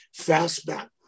Fastback